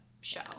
show